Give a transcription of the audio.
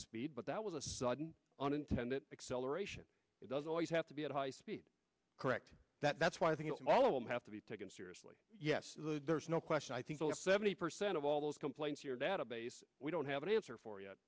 speed but that was a sudden unintended acceleration it doesn't always have to be at high speed correct that that's why i think all of them have to be taken seriously yes there's no question i think seventy percent of all those complaints your database we don't have an answer for yet